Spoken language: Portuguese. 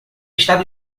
está